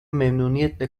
memnuniyetle